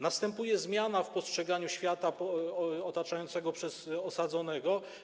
Następuje zmiana w postrzeganiu świata otaczającego przez osadzonego.